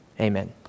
Amen